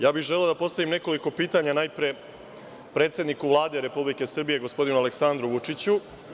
Ja bih želeo da postavim nekoliko pitanja, najpre, predsedniku Vlade Republike Srbije, gospodinu Aleksandar Vučić.